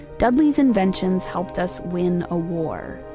dudley's inventions helped us win a war